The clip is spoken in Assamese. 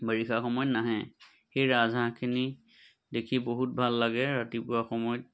বাৰিষা সময়ত নাহে সেই ৰাজহাঁহখিনি দেখি বহুত ভাল লাগে ৰাতিপুৱা সময়ত